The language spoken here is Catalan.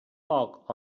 poc